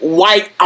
white